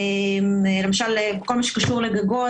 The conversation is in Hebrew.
למשל בכל הקשור לגגות,